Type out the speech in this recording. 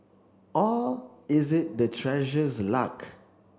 or is it the Treasurer's luck